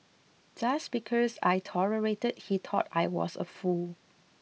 just because I tolerated he thought I was a fool